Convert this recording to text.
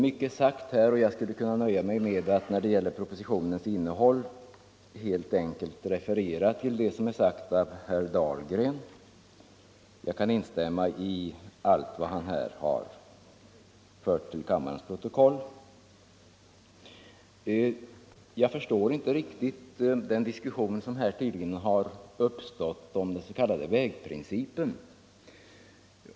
Mycket är sagt här, och jag skulle kunna nöja mig med att när det gäller propositionens innehåll helt enkelt referera till vad som sagts av herr Dahlgren. Jag kan instämma i allt vad han har fört till kammarens protokoll. Jag förstår inte riktigt den diskussion som tydligen har uppstått om den s.k. vägprincipen.